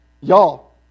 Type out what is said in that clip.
Y'all